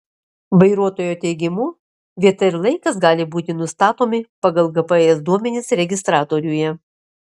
vairuotojo teigimu vieta ir laikas gali būti nustatomi pagal gps duomenis registratoriuje